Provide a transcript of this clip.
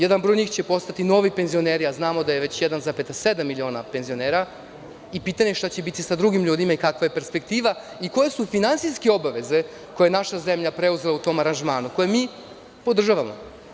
Jedan broj njih će postati novi penzioneri, a znamo da je već 1,7 miliona penzionera i pitanje je šta će biti sa drugim ljudima i kakva je perspektiva i koje su finansijske obaveze koje je naša zemlja preuzela u tom aranžmanu, koje mi podržavamo?